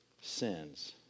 sins